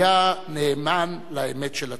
היה נאמן לאמת של עצמו.